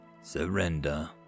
surrender